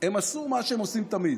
הם עשו מה שהם עושים תמיד: